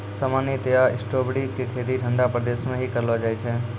सामान्यतया स्ट्राबेरी के खेती ठंडा प्रदेश मॅ ही करलो जाय छै